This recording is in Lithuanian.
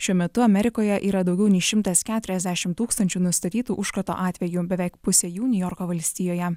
šiuo metu amerikoje yra daugiau nei šimtas keturiasdešimt tūkstančių nustatytų užkrato atvejų beveik pusė jų niujorko valstijoje